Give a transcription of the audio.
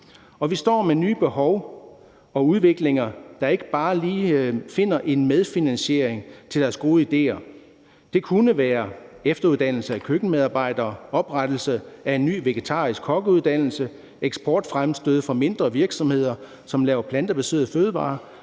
med nye behov og udviklinger, der ikke bare lige finder en medfinansiering til deres gode idéer. Det kunne være efteruddannelse af køkkenmedarbejdere, oprettelse af en ny vegetarisk kokkeuddannelse, eksportfremstød fra mindre virksomheder, som laver plantebaserede fødevarer,